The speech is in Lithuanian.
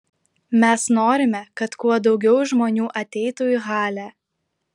mes norime kad kuo daugiau žmonių ateitų į halę